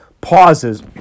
pauses